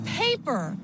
paper